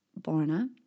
Borna